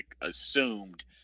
assumed